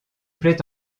plaît